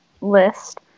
list